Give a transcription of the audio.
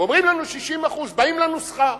אומרים לנו: 60%; באים לנוסחה.